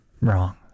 wrong